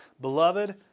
Beloved